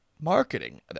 marketing